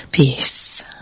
Peace